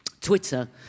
Twitter